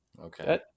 Okay